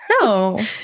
No